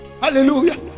hallelujah